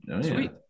Sweet